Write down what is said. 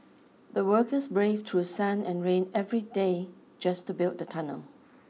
the workers braved through sun and rain every day just to build the tunnel